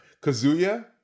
Kazuya